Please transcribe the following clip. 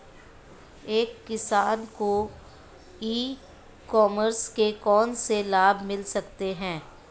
एक किसान को ई कॉमर्स के कौनसे लाभ मिल सकते हैं?